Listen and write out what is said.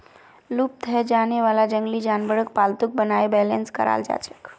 लुप्त हैं जाने वाला जंगली जानवरक पालतू बनाए बेलेंस कराल जाछेक